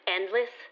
Endless